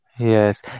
Yes